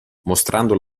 mostrando